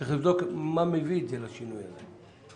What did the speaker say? צריך לבדוק מה מביא את זה לשינוי הזה.